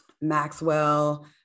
maxwell